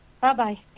Bye-bye